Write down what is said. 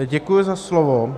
Děkuji za slovo.